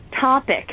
topic